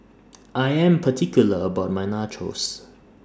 I Am particular about My Nachos